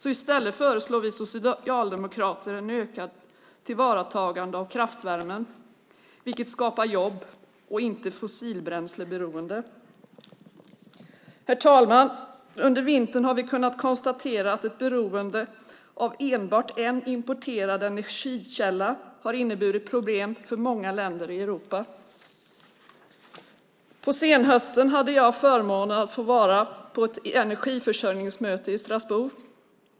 I stället föreslår vi socialdemokrater ett ökat tillvaratagande av kraftvärmen vilket skapar jobb, inte fossilbränsleberoende. Herr talman! Under vintern har vi kunnat konstatera att ett beroende av enbart en importerad energikälla har inneburit problem för många länder i Europa. På senhösten hade jag förmånen att få vara på ett energiförsörjningsmöte i Strasbourg.